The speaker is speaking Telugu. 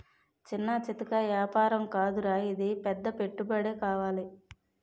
చిన్నా చితకా ఏపారం కాదురా ఇది పెద్ద పెట్టుబడే కావాలి